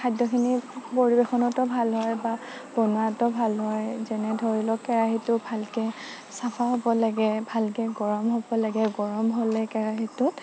খাদ্যখিনি পৰিৱেশনতো ভাল হয় বা বনোৱাতো ভাল হয় যেনে ধৰি লওক কেৰাহীটো ভালকে চাফা হ'ব লাগে ভালকে গৰম হ'ব লাগে গৰম হ'লে কেৰাহীটোত